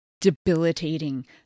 debilitating